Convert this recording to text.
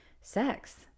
sex